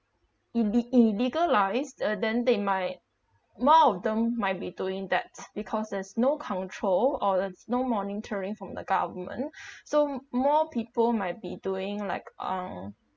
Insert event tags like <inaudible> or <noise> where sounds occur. ille~ illegalised uh then they might more of them might be doing that because there's no control or there's no monitoring from the government <breath> so more people might be doing like um